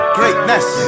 Greatness